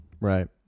Right